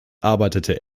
arbeitete